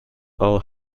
all